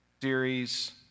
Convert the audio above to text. series